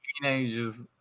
Teenagers